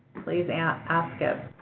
please and ask it.